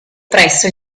presso